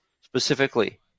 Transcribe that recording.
specifically